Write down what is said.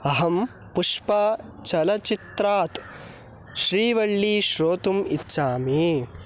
अहं पुष्पाचलच्चित्रात् श्रीवळ्ळी श्रोतुम् इच्छामि